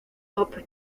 hop